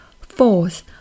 Fourth